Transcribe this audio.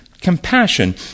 compassion